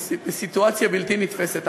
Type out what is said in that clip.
בסיטואציה בלתי נתפסת.